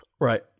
Right